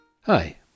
Hi